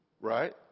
right